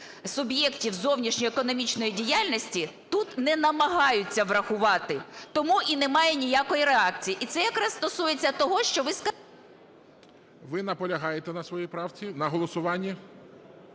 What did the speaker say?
суб'єктів зовнішньої економічної діяльності тут не намагаються врахувати, тому і немає ніякої реакції. І це якраз стосується того, що ви... ГОЛОВУЮЧИЙ. Ви наполягаєте на своїй правці? На голосуванні?